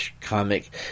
comic